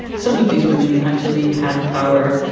some of these women actually had power.